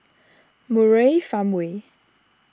Murai Farmway